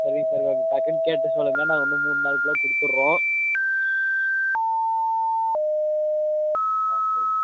சரிங்க சார் கொஞ்சம் டக்குன்னு கேட்டு சொல்லுங்கள் நாங்கள் இன்னும் மூணு நாளுக்குள்ளே கொடுத்துறோம் சரிங்க சார்